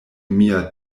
mia